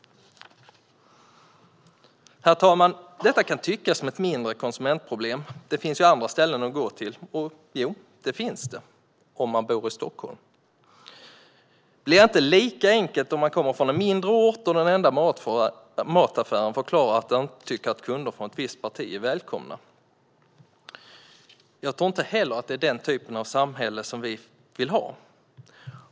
Herr talman! Detta kan tyckas som ett mindre konsumentproblem. Det finns ju andra ställen att gå till. Jo, det finns det, om man bor i Stockholm. Det är inte lika enkelt om man kommer från en mindre ort och den enda mataffären förklarar att kunder från ett visst parti inte är välkomna. Jag tror inte heller att det är den typen av samhälle som vi vill ha.